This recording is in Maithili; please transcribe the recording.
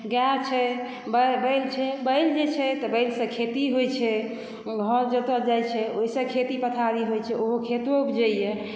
गाय छै बैल छै बैल जे छै तऽ बैलसँ खेती होइ छै हर जोतल जाइ छै ओहिसँ खेती पथारी होइ छै ओहो खेतो उपजैया